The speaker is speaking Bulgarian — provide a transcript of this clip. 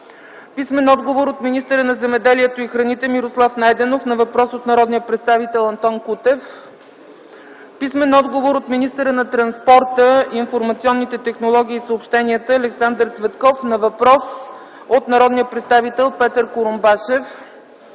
Кирил Добрев; - от министъра на земеделието и храните Мирослав Найденов на въпрос от народния представител Антон Кутев; - от министъра на транспорта, информационните технологии и съобщенията Александър Цветков на въпрос от народния представител Петър Курумбашев;